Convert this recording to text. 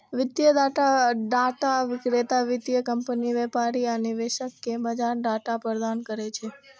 वित्तीय डाटा विक्रेता वित्तीय कंपनी, व्यापारी आ निवेशक कें बाजार डाटा प्रदान करै छै